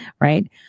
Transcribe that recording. right